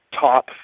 top